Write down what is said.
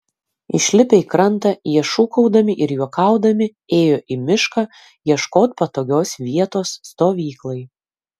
išlipę į krantą jie šūkaudami ir juokaudami ėjo į mišką ieškot patogios vietos stovyklai